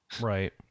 Right